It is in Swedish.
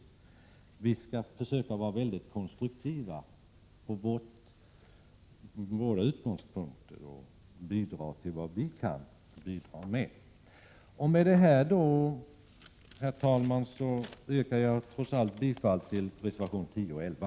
Vi för vår del skall försöka vara väldigt konstruktiva, från våra utgångspunkter, och ge vårt bidrag så gott vi kan. Med detta, herr talman, yrkar jag bifall till reservationerna 10 och 11.